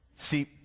See